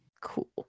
Cool